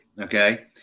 okay